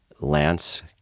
Lance